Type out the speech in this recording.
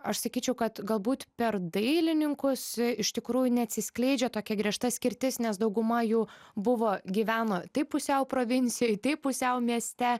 aš sakyčiau kad galbūt per dailininkus iš tikrųjų neatsiskleidžia tokia griežta skirtis nes dauguma jų buvo gyveno tai pusiau provincijoje tai pusiau mieste